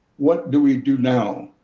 what do we do now?